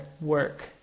work